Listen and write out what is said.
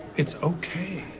it's okay.